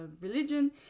religion